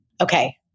Okay